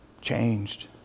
changed